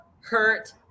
hurt